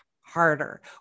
harder